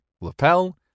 lapel